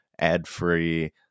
ad-free